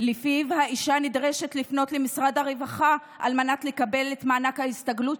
שלפיו האישה נדרשת לפנות למשרד הרווחה על מנת לקבל את מענק ההסתגלות,